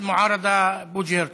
יושב-ראש האופוזיציה בוז'י הרצוג.)